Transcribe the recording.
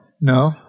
no